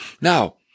Now